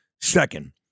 second